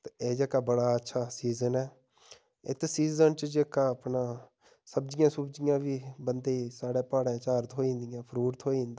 ते एह् जेह्का बड़ा अच्छा सीजन ऐ इत्त सीजन च जेह्का अपना सब्जियां सब्जियां बी बंदे साढ़ै प्हाड़े चार थ्होई जन्दिया फ्रूट थ्होई जंदा